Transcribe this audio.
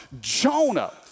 Jonah